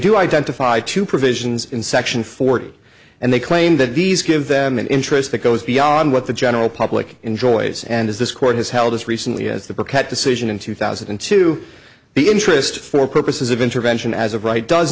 do identify two provisions in section forty and they claim that these give them an interest that goes beyond what the general public enjoys and as this court has held as recently as the bearcat decision in two thousand and two the interest for purposes of intervention as of right does